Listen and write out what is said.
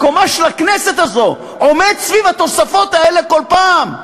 מקומה של הכנסת הזאת עומד סביב התוספות האלה כל פעם.